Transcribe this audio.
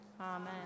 Amen